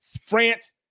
France